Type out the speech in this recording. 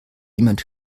jemand